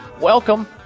Welcome